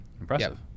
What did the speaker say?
Impressive